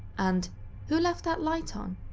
and who left that light on.